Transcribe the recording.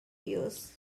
years